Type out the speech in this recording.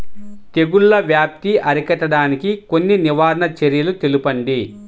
తెగుళ్ల వ్యాప్తి అరికట్టడానికి కొన్ని నివారణ చర్యలు తెలుపండి?